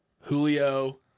julio